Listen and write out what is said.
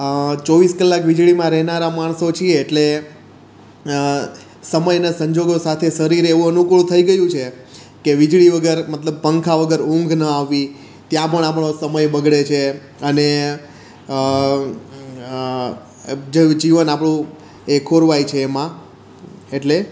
ચોવીસ કલાક વીજળીમાં રહેનારા માણસો છીએ એટલે સમય ને સંજોગો સાથે શરીર એવું અનુકૂળ થઈ ગયું છે કે વીજળી વગર મતલબ પંખા વગર ઊંઘ ના આવવી ત્યાં પણ આપણો સમય બગડે છે અને જ જીવન આપણું એ ખોરવાય છે એમાં એટલે